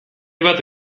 bat